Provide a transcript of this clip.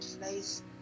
place